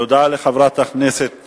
תודה לחברת הכנסת